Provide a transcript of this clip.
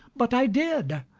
but i did.